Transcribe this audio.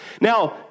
Now